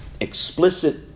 explicit